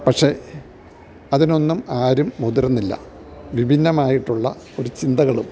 പക്ഷെ അതിനൊന്നും ആരും മുതിരുന്നില്ല വിഭിന്നമായിട്ടുള്ള ഒരു ചിന്തകളും